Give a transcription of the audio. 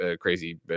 crazy